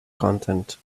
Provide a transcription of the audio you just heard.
content